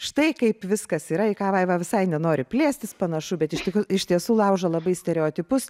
štai kaip viskas yra į ką vaiva visai nenori plėstis panašu bet iš kitų iš tiesų laužo labai stereotipus